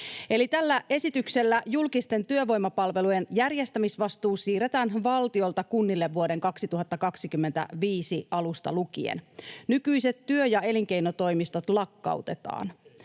tällä esityksellä julkisten työvoimapalvelujen järjestämisvastuu siirretään valtiolta kunnille vuoden 2025 alusta lukien. Nykyiset työ- ja elinkeinotoimistot lakkautetaan.